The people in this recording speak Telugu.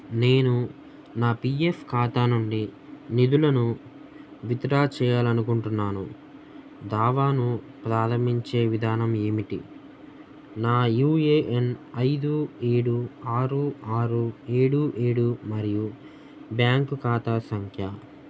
నేను నా పీ ఎఫ్ ఖాతా నుండి నిధులను విత్డ్రా చేయాలి అనుకుంటున్నాను దావాను ప్రారంభించే విధానం ఏమిటి నా యూ ఏ ఎన్ ఐదు ఏడు ఆరు ఆరు ఏడు ఏడు మరియు బ్యాంకు ఖాతా సంఖ్య